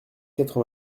quatre